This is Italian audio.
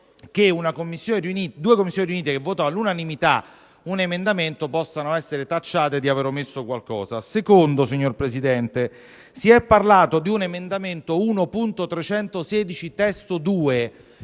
che due Commissioni riunite che votano all'unanimità un emendamento possano essere tacciate di aver omesso qualcosa. In secondo luogo, signor Presidente, si è parlato di un emendamento 1.316 (testo 2)